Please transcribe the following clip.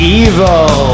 evil